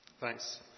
Thanks